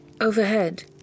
Overhead